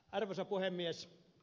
arvoisa puhemies